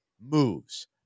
moves